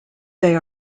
they